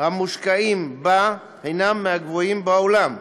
המושקעים בה הם מהגבוהים בעולם.